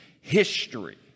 history